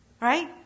Right